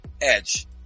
edge